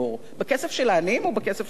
בכסף של העניים או בכסף של העשירים?